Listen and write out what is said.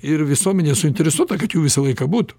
ir visuomenė suinteresuota kad jų visą laiką būtų